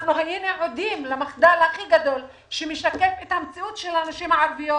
אנחנו היינו עדים למחדל הכי גדול שמשקף את המציאות של הנשים הערביות